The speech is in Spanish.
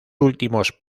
últimos